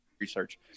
research